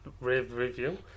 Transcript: review